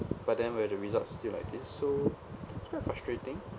but then where the results still like this so it's very frustrating